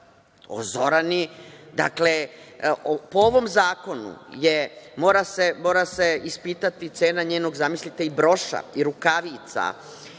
Zorani, po ovom zakonu mora se ispitati cena njenog, zamislite, i broša i rukavica